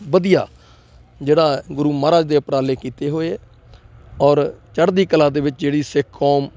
ਵਧੀਆ ਜਿਹੜਾ ਗੁਰੂ ਮਹਾਰਾਜ ਦੇ ਉਪਰਾਲੇ ਕੀਤੇ ਹੋਏ ਔਰ ਚੜ੍ਹਦੀ ਕਲਾ ਦੇ ਵਿੱਚ ਜਿਹੜੀ ਸਿੱਖ ਕੌਮ